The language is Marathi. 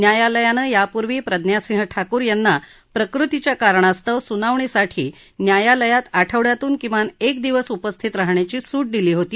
न्यायालयानं यापूर्वी प्रज्ञासिंह ठाकूर यांना प्रकृतीच्या कारणास्तव सुनावणीसाठी न्यायालयात आठवड्यातून किमान एक दिवस उपस्थित राहण्याची सूट दिली होती